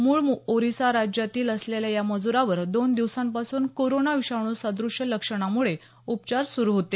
मुळ ओरीसा राज्यातील असलेल्या या मजुरावर दोन दिवसांपासून कोरोना विषाणू सद्रश्य लक्षणांमुळे उपचार सुरू होते